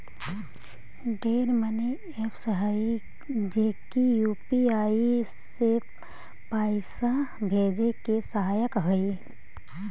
ढेर money apps हई जे की यू.पी.आई से पाइसा भेजे में सहायक हई